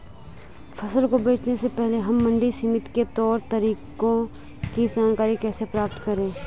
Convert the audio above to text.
फसल को बेचने से पहले हम मंडी समिति के तौर तरीकों की जानकारी कैसे प्राप्त करें?